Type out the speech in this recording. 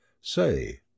Say